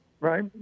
right